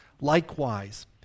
Likewise